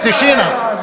Tišina!